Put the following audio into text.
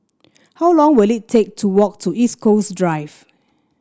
how long will it take to walk to East Coast Drive